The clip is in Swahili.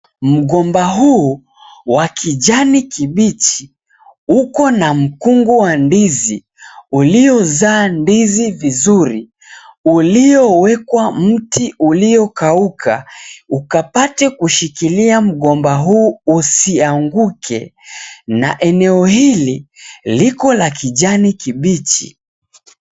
Mgomba huu wa kijani kibichi, ukona mkungu wa ndizi uliozaa ndizi vizuri, uliyowekwa mti uliokauka ukapate kushikilia mgomba huu usianguke na eneo hili liko la kijani kibichi.